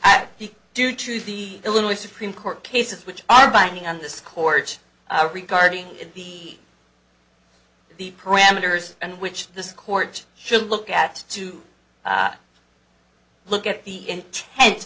be due to the illinois supreme court cases which are binding on the scorch regarding the the parameters and which this court should look at to look at the intent